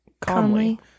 Calmly